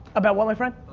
about what, my friend?